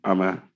Amen